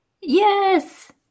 Yes